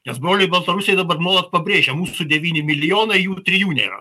nes broliai baltarusiai dabar nuolat pabrėžia mūsų devyni milijonai jų ir trijų nėra